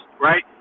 right